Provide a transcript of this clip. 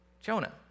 Jonah